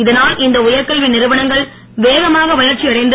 இதனுல் இந்த உயர்கல்வி நிறுவனங்கள் வேகமாக வளர்ச்சி அடைந்து